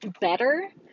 better